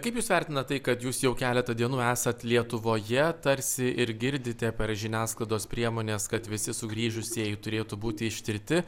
kaip jūs vertinat tai kad jūs jau keletą dienų esat lietuvoje tarsi ir girdite per žiniasklaidos priemones kad visi sugrįžusieji turėtų būti ištirti